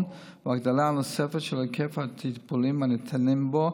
ושל הגדלה נוספת של היקף הטיפולים הניתנים בו,